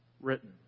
written